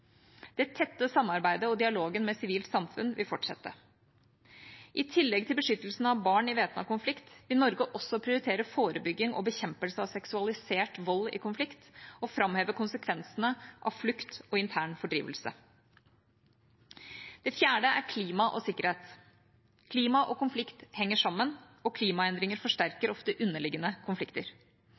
Det tette samarbeidet og dialogen med sivilt samfunn vil fortsette. I tillegg til beskyttelse av barn i væpnet konflikt vil Norge også prioritere forebygging og bekjempelse av seksualisert vold i konflikt og framheve konsekvensene av flukt og intern fordrivelse. Det fjerde er klima og sikkerhet. Klima og konflikt henger sammen, og klimaendringer forsterker ofte underliggende konflikter.